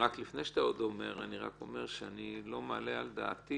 לפני שאתה מדבר אני רק אומר שאני לא מעלה על דעתי